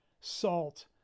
salt